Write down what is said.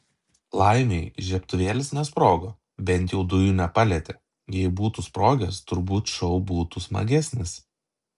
laimei žiebtuvėlis nesprogo bent jau dujų nepalietė jei būtų sprogęs turbūt šou būtų smagesnis